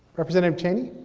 representative cheney.